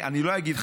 אני לא אגיד,